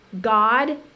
God